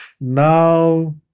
Now